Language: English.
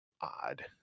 odd